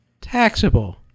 taxable